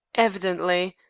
evidently.